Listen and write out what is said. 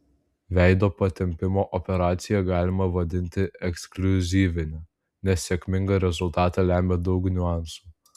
veido patempimo operaciją galima vadinti ekskliuzyvine nes sėkmingą rezultatą lemia daug niuansų